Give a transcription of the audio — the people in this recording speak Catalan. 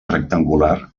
rectangular